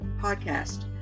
podcast